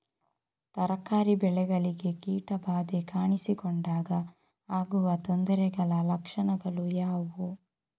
ತರಕಾರಿ ಬೆಳೆಗಳಿಗೆ ಕೀಟ ಬಾಧೆ ಕಾಣಿಸಿಕೊಂಡಾಗ ಆಗುವ ತೊಂದರೆಗಳ ಲಕ್ಷಣಗಳು ಯಾವುವು?